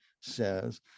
says